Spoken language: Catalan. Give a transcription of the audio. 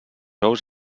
ous